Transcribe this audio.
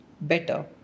better